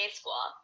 school